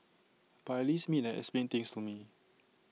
but at least meet and explain things to me